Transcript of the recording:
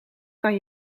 kan